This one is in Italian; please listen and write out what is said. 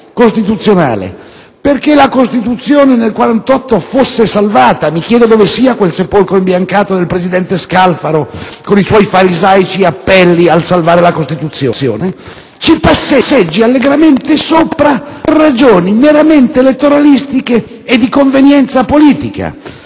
costituzionale affinché la Costituzione del '48 fosse salvata (mi chiedo dove sia quel sepolcro imbiancato del presidente Scalfaro, con i suoi farisaici appelli a salvare la Costituzione) ci passeggi ora allegramente sopra per ragioni meramente elettoralistiche e di convenienza politica.